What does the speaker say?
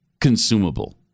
consumable